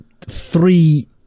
three